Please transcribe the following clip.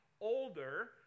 older